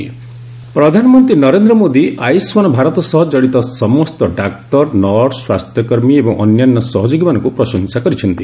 PM Ayushman Bharat ପ୍ରଧାନମନ୍ତ୍ରୀ ନରେନ୍ଦ୍ର ମୋଦୀ ଆୟୁଷ୍କାନ ଭାରତ ସହ କଡ଼ିତ ସମସ୍ତ ଡାକ୍ତର ନର୍ସ ସ୍ୱାସ୍ଥ୍ୟକର୍ମୀ ଏବଂ ଅନ୍ୟାନ୍ୟ ସହଯୋଗୀମାନଙ୍କୁ ପ୍ରଶଂସା କରିଛନ୍ତି